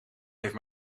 heeft